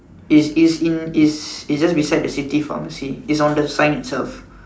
is is in is is just beside the city pharmacy is on the sign itself